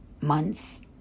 months